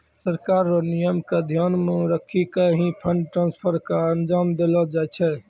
सरकार र नियम क ध्यान रखी क ही फंड ट्रांसफर क अंजाम देलो जाय छै